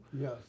Yes